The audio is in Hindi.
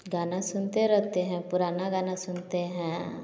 गाना सुनते रहते हैं पुराना गाना सुनते हैं